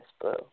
blue